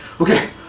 okay